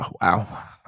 Wow